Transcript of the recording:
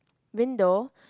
window